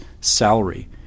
salary